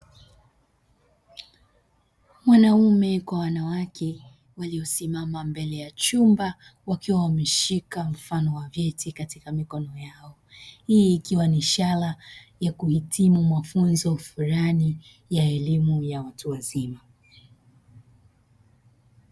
Wanaume kwa wanawake waliosimama mbele ya chumba wakiwa wameshika mfano wa vyetu katika mikono yao hii ikiwa ni ishara ya kuhitimu mafunzo fulani ya elimu ya watu wazima.